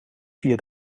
via